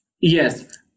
yes